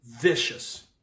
Vicious